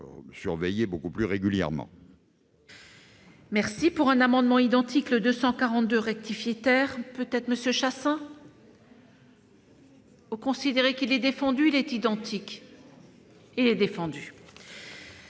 surveiller beaucoup plus régulièrement.